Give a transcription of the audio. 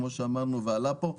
כמו שאמרנו ועלה פה.